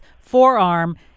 forearm